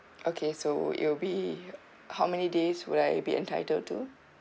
okay so it'll be how many days would I be entitled to